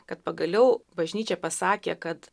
kad pagaliau bažnyčia pasakė kad